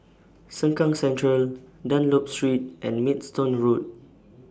Sengkang Central Dunlop Street and Maidstone Road